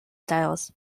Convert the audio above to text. styles